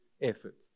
effort